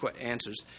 answers